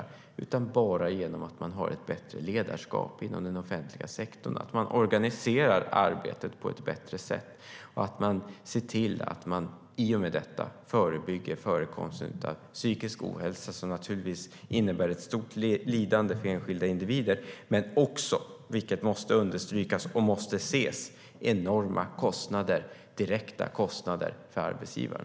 I stället kan det göras genom att man har ett bättre ledarskap inom den offentliga sektorn, att man organiserar arbetet på ett bättre sätt och i och med det förebygger förekomsten av psykisk ohälsa. Psykisk ohälsa innebär givetvis ett stort lidande för enskilda individer, men det medför också, vilket måste understrykas, enorma direkta kostnader för arbetsgivaren.